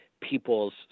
people's